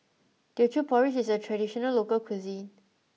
Teochew Porridge is a traditional local cuisine